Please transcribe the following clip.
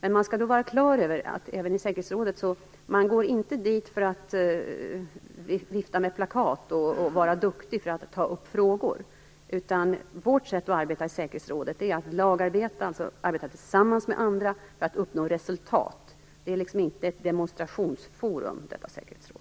Vi skall vara klara över att man inte går till säkerhetsrådet för att vifta med plakat och vara duktig när det gäller att ta upp frågor. Vårt sätt att arbeta i säkerhetsrådet är att lagarbeta - att arbeta tillsammans med andra - för att uppnå resultat. Det är inte ett demonstrationsforum, detta säkerhetsråd.